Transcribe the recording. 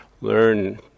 learn